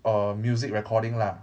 err music recording lah